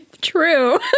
True